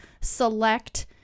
select